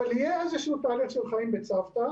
אבל יהיה איזה שהוא תהליך של חיים בצוותא,